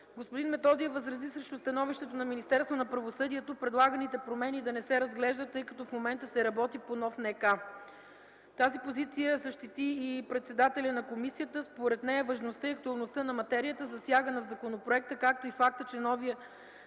Господин Методиев възрази срещу становището на Министерството на правосъдието предлаганите промени да не се разглеждат, тъй като в момента се работи по нов НК. Тази позиция защити и председателят на комисията. Според нея важността и актуалността на материята, засягана в законопроекта, както и фактът, че новият